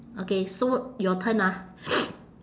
okay so your turn ah